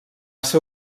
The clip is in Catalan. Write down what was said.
ser